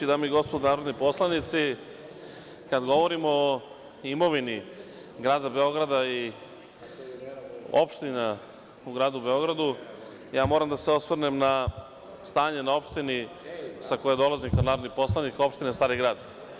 Dame i gospodo narodni poslanici, kada govorimo o imovini grada Beograda i opština u gradu Beogradu, ja moram da se osvrnem na stanje na opštini sa koje dolazim kao narodni poslanik, opština Stari grad.